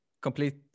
complete